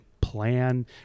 plan